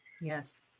Yes